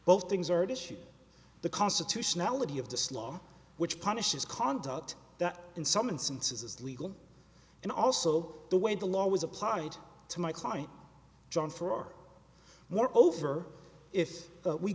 both things are to shoot the constitutionality of this law which punishes conduct that in some instances is legal and also the way the law was applied to my client john for more over if we